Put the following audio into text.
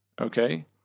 okay